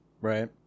Right